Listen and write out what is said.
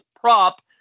prop